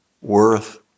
worth